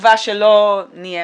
בתקווה שלא נהיה